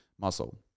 muscle